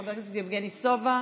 חבר הכנסת יבגני סובה,